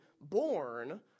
born